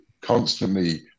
constantly